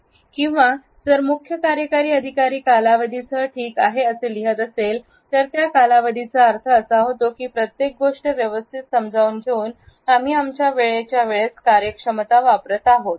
x किंवा जर मुख्य कार्यकारी अधिकारी कालावधीसह ठीकआहे असे लिहित असेल तर त्या कालावधीचा अर्थ असा होतो की प्रत्येक गोष्ट व्यवस्थित समजावून घेऊन आम्ही आमच्या वेळेच्या वेळेस कार्यक्षमता वापरत आहोत